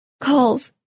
Calls